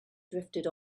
drifted